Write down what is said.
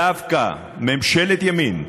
דווקא ממשלת ימין,